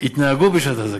יתנהגו בשעת אזעקה.